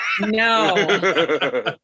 No